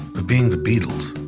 but beating the beatles,